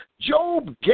Job